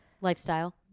Lifestyle